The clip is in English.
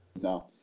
No